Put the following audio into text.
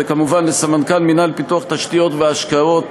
וכמובן לסמנכ"ל מינהל פיתוח תשתיות והשקעות,